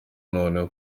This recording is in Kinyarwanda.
noneho